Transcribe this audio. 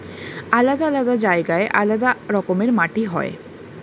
আলাদা আলাদা জায়গায় আলাদা রকমের মাটি হয়